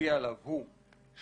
שנצביע עליו הוא,